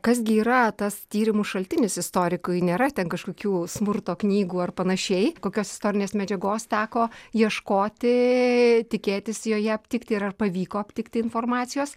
kas gi yra tas tyrimų šaltinis istorikui nėra ten kažkokių smurto knygų ar panašiai kokios istorinės medžiagos teko ieškoti tikėtis joje aptikti ir ar pavyko aptikti informacijos